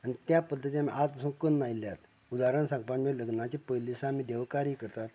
आनी त्या पध्दतीन आमी आज पासून कन्न आयल्यात उदाहरण सांगपाचे म्हळ्यार लग्नाचें पयले दिसा आमी देवकार्य करतात